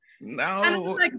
no